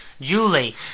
Julie